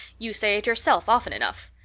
you say it yourself often enough.